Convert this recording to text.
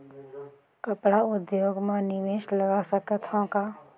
कपड़ा उद्योग म निवेश लगा सकत हो का?